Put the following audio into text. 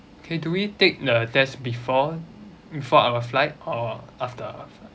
okay do we take the test before before our flight or after our flight